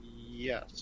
Yes